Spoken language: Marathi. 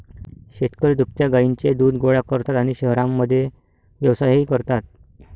शेतकरी दुभत्या गायींचे दूध गोळा करतात आणि शहरांमध्ये व्यवसायही करतात